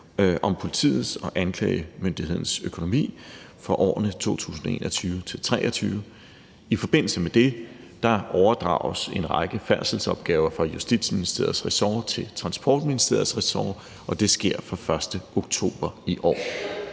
om politiets og anklagemyndighedens økonomi for årene 2021-2023. I forbindelse med aftalen overdrages en række færdselsopgaver fra Justitsministeriets ressort til Transportministeriets ressort, og det sker fra den 1. oktober i år.